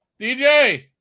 DJ